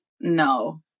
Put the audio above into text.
no